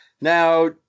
Now